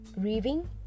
Grieving